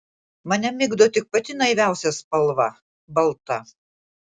mane migdo tik pati naiviausia spalva balta